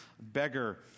beggar